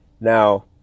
Now